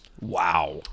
Wow